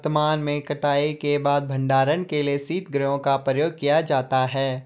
वर्तमान में कटाई के बाद भंडारण के लिए शीतगृहों का प्रयोग किया जाता है